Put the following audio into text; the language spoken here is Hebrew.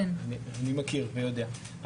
אני מכיר ויודע.